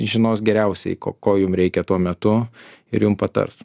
žinos geriausiai ko ko jum reikia tuo metu ir jum patars